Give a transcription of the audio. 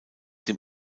dem